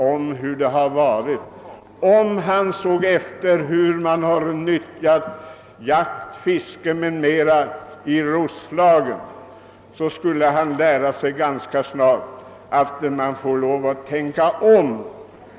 Om han dessutom läste litet om hur jaktoch fiskerätt har nyttjats i Roslagen, skulle han ganska snart tänka om.